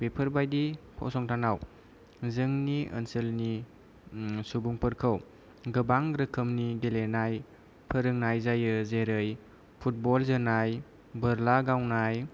बेफोरबायदि फसंथानाव जोंनि ओनसोलनि सुबुंफोरखौ गोबां रोखोमनि गेलेनाय फोरोंनाय जायो जेरै फुटबल जोनाय बोर्ला गावनाय